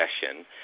session